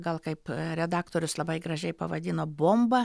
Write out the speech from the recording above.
gal kaip redaktorius labai gražiai pavadino bomba